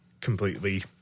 completely